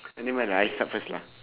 eh never mind lah I start first lah